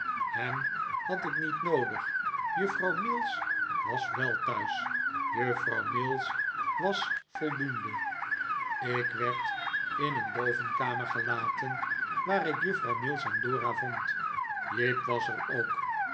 hem had ik niet noodig juffrouw mills was wel thuis juffrouw mills was voldoende ik werd in een bovenkamer gelaten waar ik juffrouw mills en dora vond jip was er ook